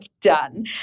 done